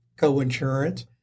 coinsurance